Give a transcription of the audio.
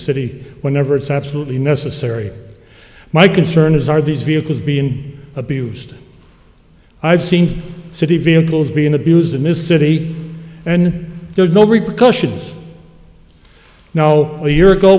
city whenever it's absolutely necessary my concern is are these vehicles been abused i've seen city vehicles being abused them is city and there's no repercussions now a year ago